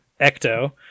Ecto